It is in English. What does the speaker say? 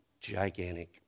gigantic